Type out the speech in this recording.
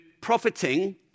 profiting